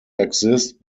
exist